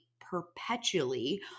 perpetually